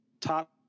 Top